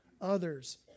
others